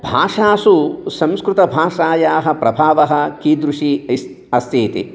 भाषासु संस्कृतभाषायाः प्रभावः कीदृशी इस् अस्ति इति